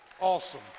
Awesome